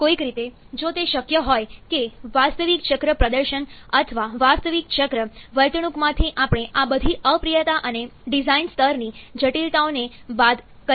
કોઈક રીતે જો તે શક્ય હોય કે વાસ્તવિક ચક્ર પ્રદર્શન અથવા વાસ્તવિક ચક્ર વર્તણૂકમાંથી આપણે આ બધી અપ્રિયતા અને ડિઝાઇન સ્તરની જટિલતાઓને બાદ કરી શકીએ છીએ